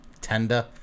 tender